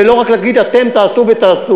ולא רק ולהגיד: אתם תעשו ותעשה,